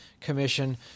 commission